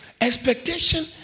expectation